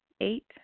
Eight